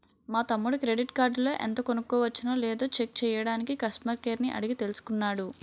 మా తమ్ముడు క్రెడిట్ కార్డులో ఎంత కొనవచ్చునో లేదో చెక్ చెయ్యడానికి కష్టమర్ కేర్ ని అడిగి తెలుసుకున్నాడు